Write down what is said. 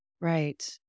Right